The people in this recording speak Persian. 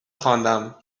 خواندم